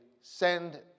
send